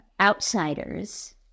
outsiders